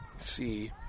see